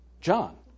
John